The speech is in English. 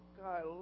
God